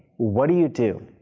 what do you do?